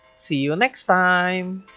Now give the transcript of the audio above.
see you next time.